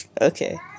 okay